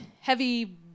heavy